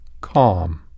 calm